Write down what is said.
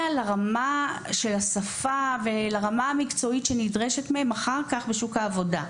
להרמה שלה שפה ולרמה המקצועית שנדרשת מהם אחר כך בשוק העבודה.